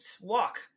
walk